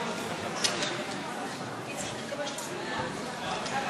52 בעד,